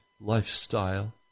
lifestyle